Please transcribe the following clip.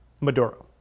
Maduro